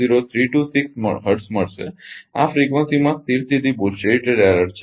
00326 hertz મળશે આ ફ્રિકવન્સીમાં સ્થિર સ્થિતિ ભૂલ છે